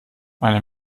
meine